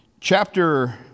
chapter